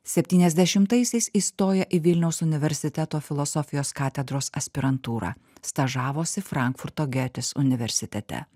septyniasdešimtaisiais įstojo į vilniaus universiteto filosofijos katedros aspirantūrą stažavosi frankfurto getės universitete